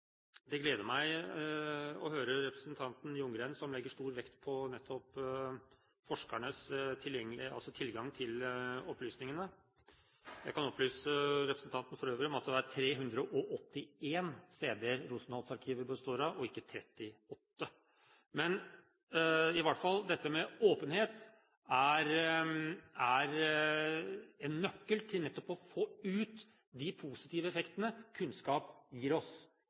Det gleder meg å høre representanten Ljunggren, som legger stor vekt på nettopp forskernes tilgang til opplysningene – jeg kan for øvrig opplyse representanten om at det er 381 cd-er Rosenholz-arkivet består av, ikke 38. Åpenhet er en nøkkel til nettopp å få ut de positive effektene kunnskap gir oss.